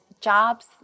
jobs